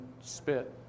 spit